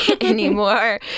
anymore